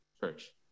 church